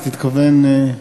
אז תתכוון,